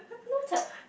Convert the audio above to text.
noted